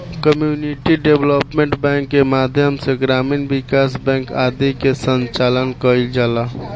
community development bank के माध्यम से ग्रामीण विकास बैंक आदि के संचालन कईल जाला